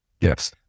Yes